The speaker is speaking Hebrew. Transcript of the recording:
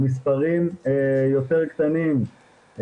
המספרים יותר קטנים,